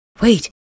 Wait